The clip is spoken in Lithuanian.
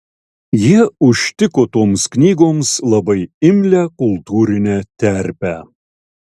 jie užtiko toms knygoms labai imlią kultūrinę terpę